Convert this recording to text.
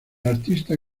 artista